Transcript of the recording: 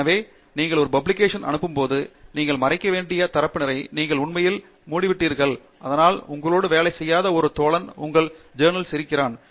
எனவே நீங்கள் ஒரு பப்ளிகேஷன் அனுப்பும் போது நீங்கள் மறைக்க வேண்டிய தரப்பினரை நீங்கள் உண்மையில் மூடிவிட்டீர்கள் அதனால் உங்களோடு வேலை செய்யாத ஓர் தோழன் உங்கள் ஜௌர்னல்ஸ் இருக்கிறான்